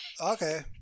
Okay